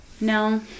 no